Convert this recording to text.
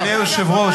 אדוני היושב-ראש,